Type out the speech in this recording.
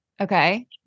Okay